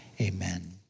Amen